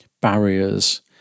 barriers